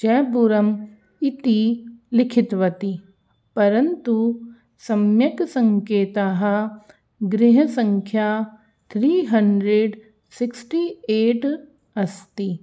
जयपुरं इति लिखितवती परन्तु सम्यक् सङ्केतः गृहसङ्ख्या थ्री हण्ड्रेड् सिक्स्टी एट् अस्ति